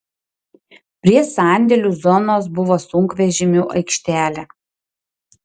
prie sandėlių zonos buvo sunkvežimių aikštelė